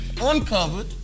uncovered